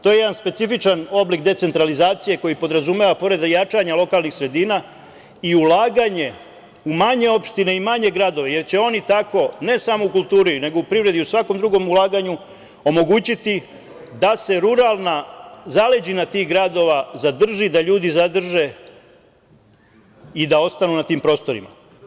To je jedan specifičan oblik decentralizacije koji podrazumeva, pored jačanja lokalnih sredina, i ulaganje u manje opštine i manje gradova, jer će oni tako, ne samo u kulturi, nego i u privredi i u svakom drugom ulaganju, omogućiti da se ruralna zaleđina tih gradova zadrži, da ljudi zadrže i da ostanu na tim prostorima.